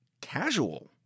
casual